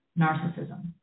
narcissism